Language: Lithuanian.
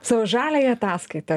savo žaliąją ataskaitą